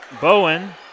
Bowen